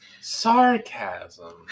Sarcasm